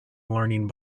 learning